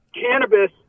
Cannabis